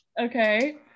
Okay